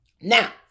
Now